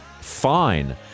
fine